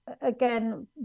again